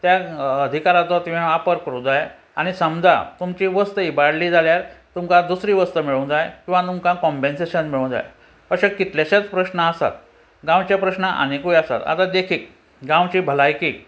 त्या अधिकाराचो तुवें वापर करूं जाय आनी समजा तुमची वस्त इबाडली जाल्यार तुमकां दुसरी वस्त मेळूंक जाय किंवां तुमकां काँम्पेन्सेशन मेळूंक जाय अशें कितलेशेच प्रस्न आसात गांवचे प्रश्न आनिकूय आसात आतां देखीक गांवची भलायकीक